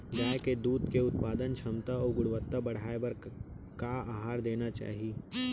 गाय के दूध के उत्पादन क्षमता अऊ गुणवत्ता बढ़ाये बर का आहार देना चाही?